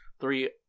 three